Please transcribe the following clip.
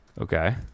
Okay